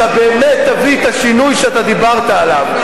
אתה באמת תביא את השינוי שאתה דיברת עליו.